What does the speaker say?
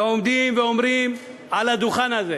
ועומדים ואומרים על הדוכן הזה